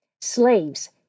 Slaves